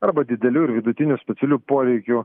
arba didelių ir vidutinių specialių poreikių